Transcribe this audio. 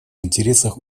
интересах